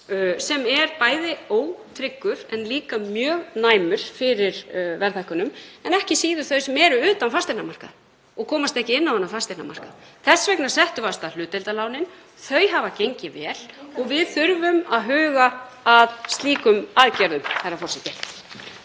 sem er bæði ótryggur en líka mjög næmur fyrir verðhækkunum, en ekki síður þau sem eru utan fasteignamarkaðar og komast ekki inn á fasteignamarkað. Þess vegna settum við af stað hlutdeildarlánin. Þau hafa gengið vel og við þurfum að huga að slíkum aðgerðum,